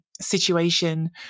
situation